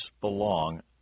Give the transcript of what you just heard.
belong